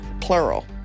plural